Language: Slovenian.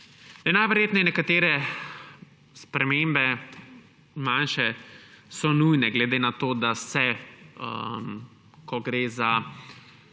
Najverjetneje nekatere spremembe, manjše, so nujne glede na to, da se, ko gre za,